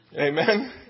Amen